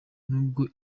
n’ubwo